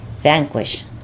vanquish